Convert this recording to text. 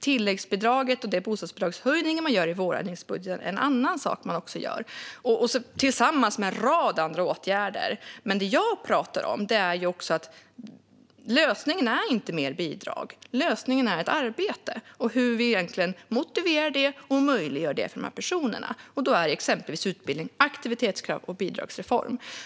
Tilläggsbidraget och de bostadsbidragshöjningar man gör i vårändringsbudgeten är andra saker, tillsammans med en rad andra åtgärder. Men det jag pratar om är att lösningen inte är mer bidrag; lösningen är arbete och hur vi motiverar dessa personer och möjliggör för dem att arbeta. Det handlar om exempelvis utbildning, aktivitetskrav och bidragsreform.